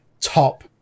Top